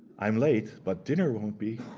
i'm late, but dinner won't be.